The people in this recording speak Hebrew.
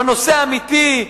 בנושא האמיתי,